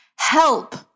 help